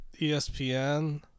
ESPN